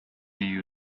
you